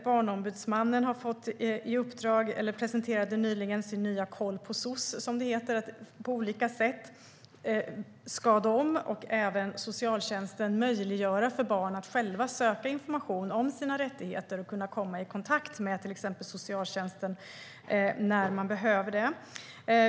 Barnombudsmannen presenterade nyligen sin nya webbplats Koll på soc, som den heter. Barnombudsmannen och även socialtjänsten ska möjliggöra för barn att själva söka information om sina rättigheter och kunna komma i kontakt med till exempel socialtjänsten när de behöver det.